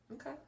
okay